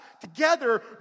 together